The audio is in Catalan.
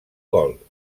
gol